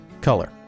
color